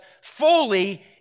fully